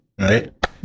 right